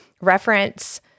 reference